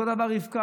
אותו דבר רבקה,